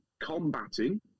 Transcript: combating